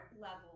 level